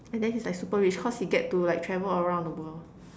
and then he's like super rich cause he gets to like travel all around the world